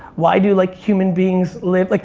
why do like human beings live, like